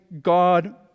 God